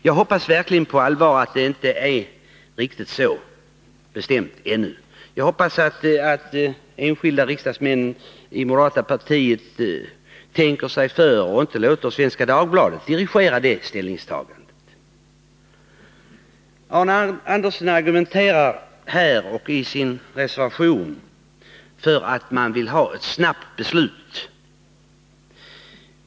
Jag hoppas verkligen på allvar att det inte är riktigt så bestämt ännu. Jag hoppas att enskilda riksdagsmän i moderata samlingspartiet tänker sig för och inte låter Svenska Dagbladet dirigera detta ställningstagande. Arne Andersson argumenterar här och i sin reservation för ett snabbt beslut.